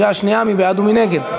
3,